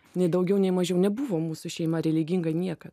nei daugiau nei mažiau nebuvo mūsų šeima religinga niekad